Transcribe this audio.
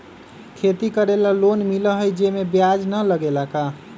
खेती करे ला लोन मिलहई जे में ब्याज न लगेला का?